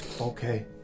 okay